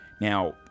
Now